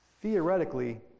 Theoretically